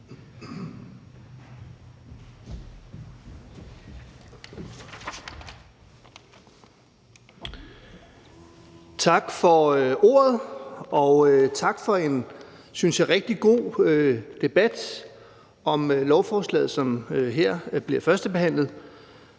Tak for ordet, og tak for en, synes jeg, rigtig god debat om lovforslaget, som her bliver førstebehandlet.